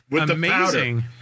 amazing